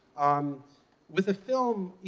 um with the film,